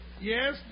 Yes